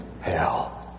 hell